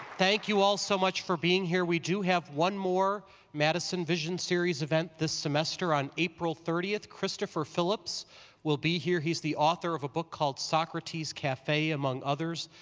thank you all so much for being here, we do have one more madison vision series event this semester on april thirtieth, christopher phillips will be here. he's the author of a book called socrates cafe among others,